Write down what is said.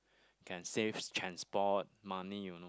can save transport money